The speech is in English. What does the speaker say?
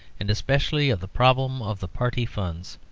and especially of the problem of the party funds.